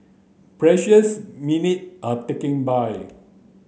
precious minute are ticking by